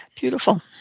Beautiful